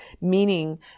meaning